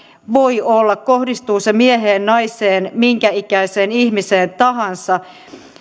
voi olla kohdistuu se mieheen naiseen minkä ikäiseen ihmiseen tahansa